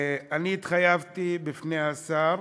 אני התחייבתי בפני השר,